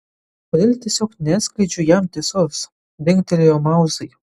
kodėl tiesiog neatskleidžiu jam tiesos dingtelėjo mauzai